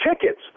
tickets